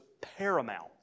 paramount